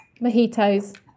Mojitos